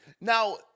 now